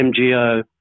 MGO